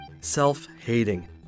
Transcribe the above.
self-hating